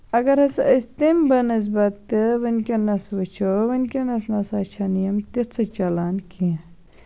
اَگر ہسا أسۍ تَمہِ بنِسبطہٕ ؤنکیٚنَس وٕچھو ؤنکیٚنَس نسا چھِنہٕ یِم تِژھٕ چلان کیٚنہہ